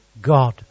god